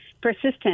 persistent